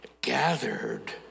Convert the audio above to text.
gathered